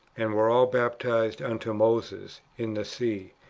and were all baptized unto moses in the sea,